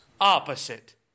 opposite